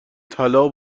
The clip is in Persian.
طلا